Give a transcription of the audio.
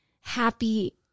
happy